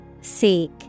Seek